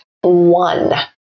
one